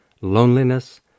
loneliness